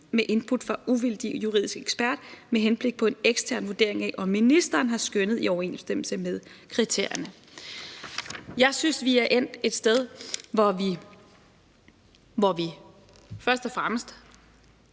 med input fra uvildig juridisk ekspert med henblik på en ekstern vurdering af, om ministeren har skønnet i overensstemmelse med kriterierne. Jeg synes, at vi er endt et sted, hvor vi først og fremmest